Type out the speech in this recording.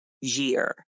year